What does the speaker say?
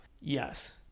Yes